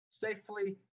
safely